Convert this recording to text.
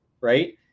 right